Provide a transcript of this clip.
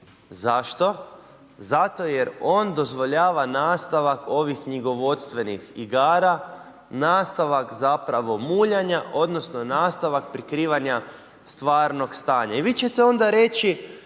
zašto? Zato jer on dozvoljava nastavak ovih knjigovodstvenih igara, nastavak zapravo muljanja, nastavak prikrivanja stvarnog stanja. I vi ćete onda reci,